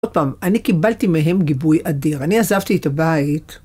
עוד פעם, אני קיבלתי מהם גיבוי אדיר. אני עזבתי את הבית...